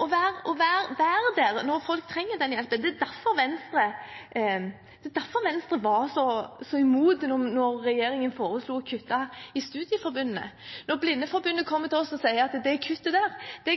å være der når folk trenger den hjelpen. Det var derfor Venstre var så imot det da regjeringen foreslo kutt til studieforbundene. Når Blindeforbundet kommer til oss og sier at det kuttet